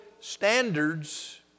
standards